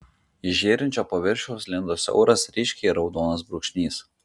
iš žėrinčio paviršiaus lindo siauras ryškiai raudonas brūkšnys